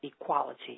equality